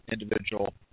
individual